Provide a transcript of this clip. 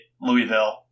Louisville